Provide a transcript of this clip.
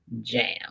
jam